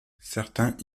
certains